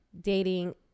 dating